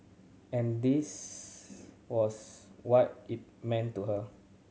and this was what it meant to her